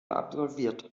absolviert